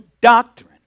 doctrine